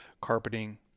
carpeting